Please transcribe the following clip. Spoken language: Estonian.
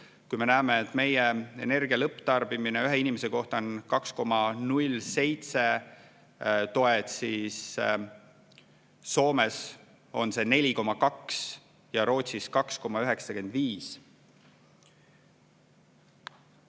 Kui me näeme, et meie energia lõpptarbimine ühe inimese kohta on 2,07 TOE-d, siis Soomes on see 4,2 ja Rootsis 2,95.